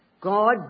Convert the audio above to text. God